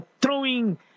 throwing